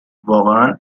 واقعا